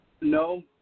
No